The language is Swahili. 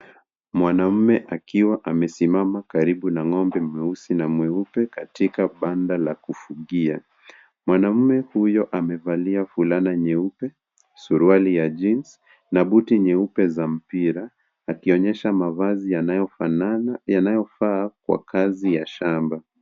Mwanaume akiwa amesimama karibu na ng'ombe mweusi na mweupe katika banda la kufugia. Mwanaume huyo amevalia fulana nyeupe, suruali ya jeans na buti nyeupe za mpira akionyesha mavazi yanayofaa kwa kazi ya shamba.